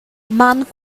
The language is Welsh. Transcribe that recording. man